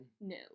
No